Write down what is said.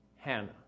Hannah